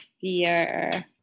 fear